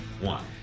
one